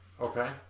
Okay